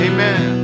Amen